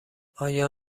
آیا